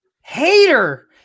hater